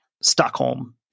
Stockholm